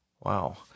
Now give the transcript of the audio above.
Wow